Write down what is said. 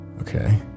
Okay